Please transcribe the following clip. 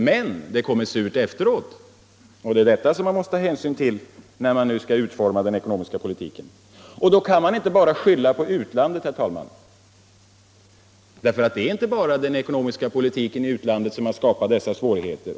Men det kommer surt efteråt, och det är detta som man måste ta hänsyn till när man nu skall utforma den ekonomiska politiken. Då kan man, herr talman, inte bara skylla på utlandet. Det är inte bara den ekonomiska politiken där som har skapat dessa svårigheter.